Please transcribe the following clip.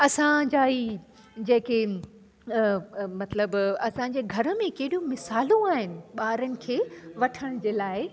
असांजा ई जेके मतलबु असांजे घर में केॾूं मिसालूं आहिनि ॿारनि जे वठण जे लाइ